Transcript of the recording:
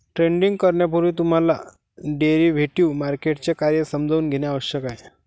trading करण्यापूर्वी तुम्हाला derivative मार्केटचे कार्य समजून घेणे आवश्यक आहे